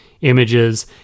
images